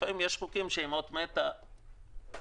לפעמים יש חוקים שהם אות מתה אוקיי,